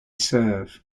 serve